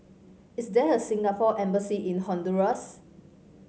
is there a Singapore Embassy in Honduras